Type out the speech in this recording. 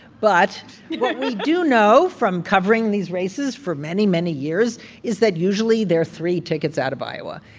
but what we do know from covering these races for many, many years is that usually there are three tickets out of iowa.